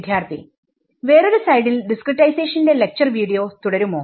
വിദ്യാർത്ഥി വേറൊരു സൈഡിൽ ഡിസ്ക്രിടൈസേഷന്റെ ലക്ച്ചർ വീഡിയോ തുടരുമോ